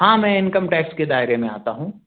हाँ मैं income tax के दायरे में आता हूँ